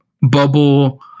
bubble